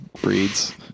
breeds